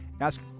Ask